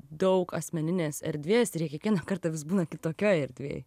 daug asmeninės erdvės kiekvieną kartą vis būna kitokioj erdvėj